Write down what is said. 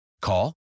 Call